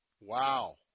wow